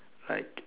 like